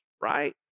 right